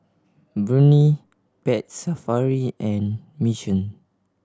Burnie Pet Safari and Mission